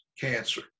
cancer